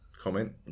comment